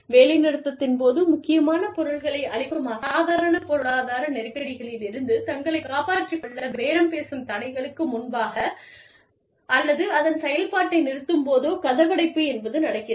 வேலைநிறுத்தத்தின் போது முக்கியமான பொருட்களை அழிக்கும் அசாதாரண பொருளாதார நெருக்கடிகளிலிருந்து தங்களைக் காப்பாற்றிக் கொள்ளப் பேரம் பேசும் தடைகளுக்கு முன்பாகவே அல்லது அதன் செயல்பாட்டை நிறுத்தும்போதோ கதவடைப்பு என்பது நடக்கிறது